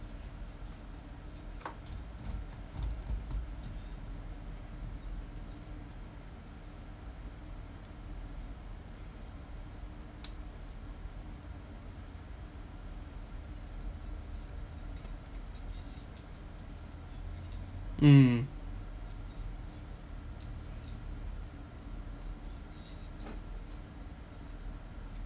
mm